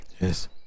Yes